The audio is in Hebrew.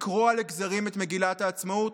לקרוע לגזרים את מגילת העצמאות.